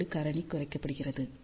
667 காரணி குறைக்கப்படுகிறது